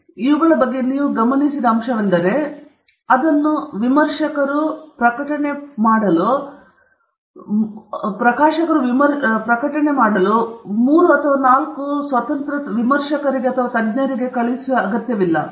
ಆದರೆ ಇವುಗಳ ಬಗ್ಗೆ ನೀವು ಗಮನಿಸಿದ ವಿಷಯವೆಂದರೆ ಅವನ್ನು ವಿಮರ್ಶಕರು ಪಡೆಯಲು ಮೂರು ವಿಮರ್ಶಕರಿಗೆ ಅಗತ್ಯವಾಗಿ ಕಳುಹಿಸಲಾಗಿಲ್ಲ